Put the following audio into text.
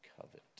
covet